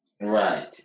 Right